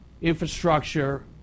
Infrastructure